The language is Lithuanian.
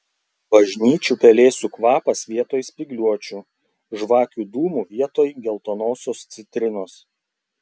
bažnyčių pelėsių kvapas vietoj spygliuočių žvakių dūmų vietoj geltonosios citrinos